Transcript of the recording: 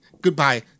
Goodbye